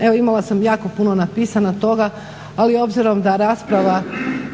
Evo imala sam jako puno napisano toga, ali obzirom da rasprava